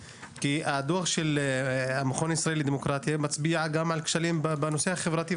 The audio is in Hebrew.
כי הדוח של המכון הישראלי לדמוקרטיה מצביע גם על הכשלים בנושאים האלה.